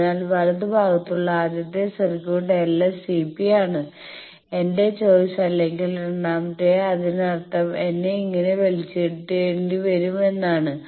അതിനാൽ വലത് ഭാഗത്തുള്ള ആദ്യത്തെ സർക്യൂട്ട് LS CP ആണ് എന്റെ ചോയിസ് അല്ലെങ്കിൽ രണ്ടാമത്തെത് അതിനർത്ഥം എന്നെ ഇങ്ങനെ വലിച്ചിടേണ്ടി വരും എന്നാണ്